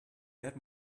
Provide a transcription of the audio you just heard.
that